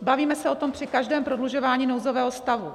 Bavíme se o tom při každém prodlužování nouzového stavu.